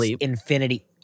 infinity